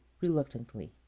reluctantly